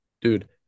dude